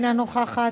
אינה נוכחת,